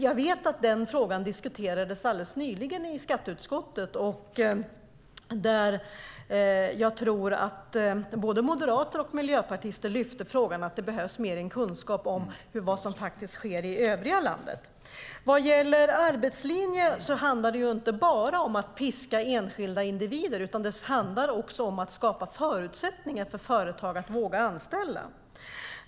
Jag vet att frågan nyligen diskuterades i skatteutskottet där både moderater och miljöpartister lyfte fram att det behövs mer kunskap om vad som sker i övriga landet. Arbetslinjen handlar inte bara om att piska enskilda individer utan om att skapa förutsättningar för företag att våga anställa.